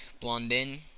Blondin